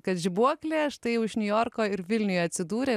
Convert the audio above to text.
kad žibuoklė štai jau iš niujorko ir vilniuje atsidūrė